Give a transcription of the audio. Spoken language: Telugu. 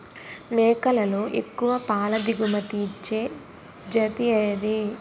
మేకలలో ఎక్కువ పాల దిగుమతి ఇచ్చే జతి ఏది?